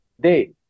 Day